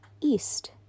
east